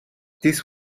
this